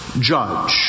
judge